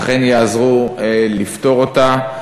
אכן יעזרו לפתור אותה.